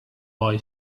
boy